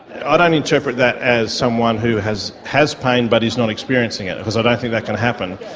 i don't interpret that as someone who has has pain but is not experiencing it, because i don't think that can happen.